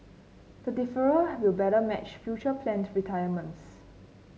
the deferral will better match future planned retirements